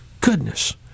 goodness